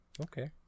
Okay